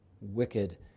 wicked